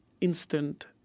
instant